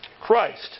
Christ